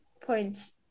point